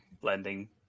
blending